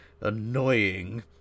annoying